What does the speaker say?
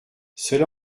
cela